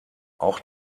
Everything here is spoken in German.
auch